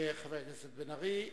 תודה, חבר הכנסת בן-ארי.